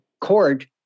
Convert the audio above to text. court